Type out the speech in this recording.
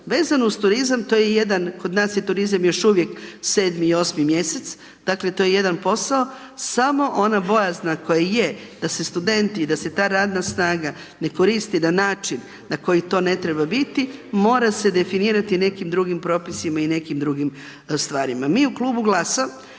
Vezano uz turizam, to je jedan, kod nas je turizam još uvijek 7. i 8. mjesec, dakle to je jedan posao, samo ona bojazna koja je, da se studenti i da se ta radna snaga ne koristi na način na koji to ne treba biti mora se definirati nekim drugim propisima i nekim drugim stvarima.